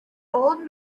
old